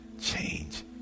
change